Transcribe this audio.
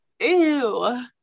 Ew